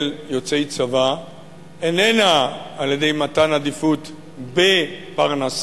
יוצאי צבא איננה על-ידי מתן עדיפות בפרנסה,